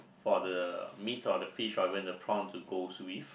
for the meats or the fish or even the prawn to goes with